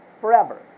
forever